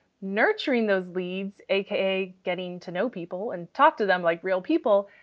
nurturing those leads, aka getting to know people and talk to them like real people,